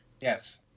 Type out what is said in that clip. Yes